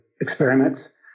experiments